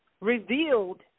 revealed